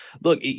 look